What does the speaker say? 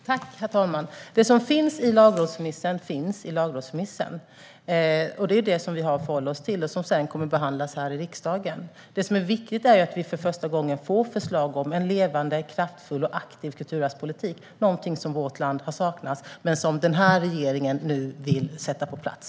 Herr talman! Det som finns i lagrådsremissen finns där, och det är det som vi har att förhålla oss till och som sedan kommer att behandlas i riksdagen. Det som är viktigt är att vi för första gången får förslag om en levande, kraftfull och aktiv kulturarvspolitik. Det är något som vårt land har saknat men som denna regering nu vill sätta på plats.